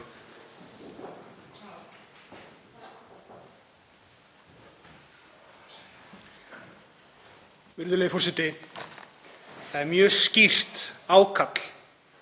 Virðulegur forseti. Það er mjög skýrt ákall